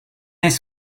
his